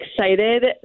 excited